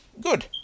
Good